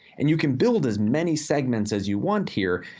and you can build as many segments as you want here.